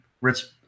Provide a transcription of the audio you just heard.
Ritz